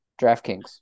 DraftKings